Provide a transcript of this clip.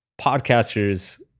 podcasters